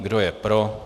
Kdo je pro?